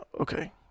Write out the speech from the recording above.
okay